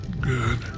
Good